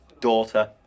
Daughter